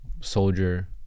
soldier